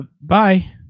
bye